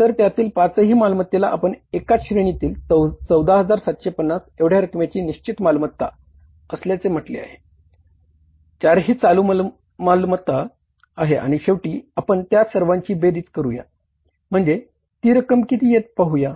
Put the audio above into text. तर त्यातील पाचही मालमत्तेला आपण एकाच श्रेणीतील 14750 एवढ्या रक्कमेची निश्चित मालमत्ता आहे आणि शेवटी आपण त्या सर्वांची बेरीज करूया म्हणजे ती रक्कम किती येते ते पाहूया